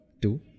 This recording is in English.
two